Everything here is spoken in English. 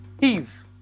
eve